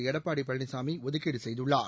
எடப்பாடி பழனிசாமி ஒதுக்கீடு செய்துள்ளார்